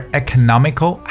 economical